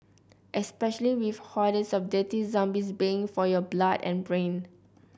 especially with hordes of dirty zombies baying for your blood and brain